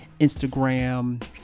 Instagram